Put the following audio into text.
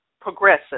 progressive